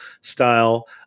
style